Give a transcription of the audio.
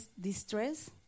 distress